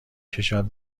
کشد